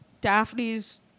Daphne's